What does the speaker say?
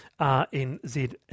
RNZ